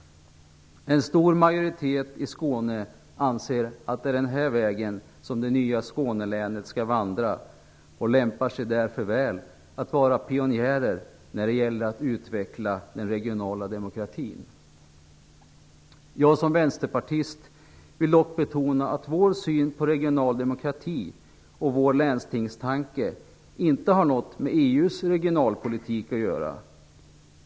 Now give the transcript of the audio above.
En stor majoritet i Skåne anser att det är den här vägen som det nya Skånelänet skall vandra. Man är därför väl lämpad att vara pionjär när det gäller att utveckla den regionala demokratin. Jag som vänsterpartist vill dock betona att vår syn på regional demokrati och vår länstingstanke inte har något med EU:s regionalpolitik att göra.